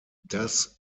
das